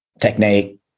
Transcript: technique